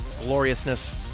gloriousness